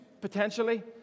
potentially